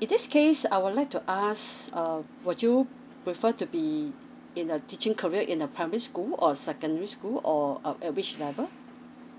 in this case I would like to ask err would you prefer to be in a teaching career in the primary school or secondary school or at at which level